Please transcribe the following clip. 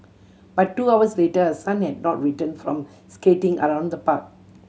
but two hours later her son had not return from skating around the park